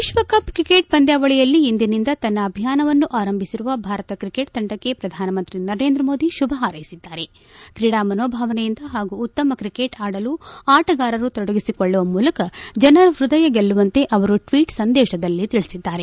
ವಿಶ್ವಕಪ್ ಕ್ರಿಕೆಟ್ ಪಂದ್ವಾವಳಿಯಲ್ಲಿ ಇಂದಿನಿಂದ ತನ್ನ ಅಭಿಯಾನವನ್ನು ಆರಂಭಿಸಿರುವ ಭಾರತ ಕ್ರಿಕೆಟ್ ತಂಡಕ್ಕೆ ಪ್ರಧಾನಮಂತ್ರಿ ನರೇಂದ್ರ ಮೋದಿ ಶುಭಾ ಹಾರೈಸಿದ್ದಾರೆಕ್ರೀಡಾಮನೋಭಾವನೆಯಿಂದ ಹಾಗೂ ಉತ್ತಮ ಕ್ರಿಕೆಟ್ ಆಡಲು ಆಟಗಾರರು ತೊಡಗಿಸಿಕೊಳ್ಳುವ ಮೂಲಕ ಜನರ ಪ್ಪದಯ ಗೆಲ್ಲುವಂತೆ ಅವರು ಟ್ಷೀಟ್ ಸಂದೇಶದಲ್ಲಿ ತಿಳಿಸಿದ್ದಾರೆ